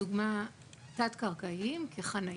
לדוגמא תת-קרקעיים, כחניה,